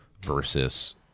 versus